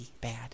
bad